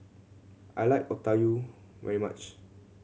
I like Okayu very much